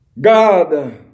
God